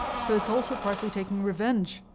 so it's also partly taking revenge